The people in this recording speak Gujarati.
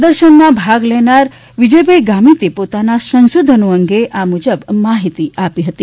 પ્રદર્શનમા ભાગ લેનાર વિજયભાઈ ગામિતે પોતાના સંશોધન અંગે આ મુજબ માહિતી આપી હતી